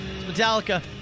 Metallica